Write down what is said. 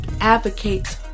advocates